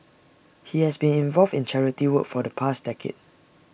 he has been involved in charity work for the past decade